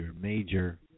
major